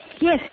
Yes